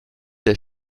der